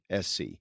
SC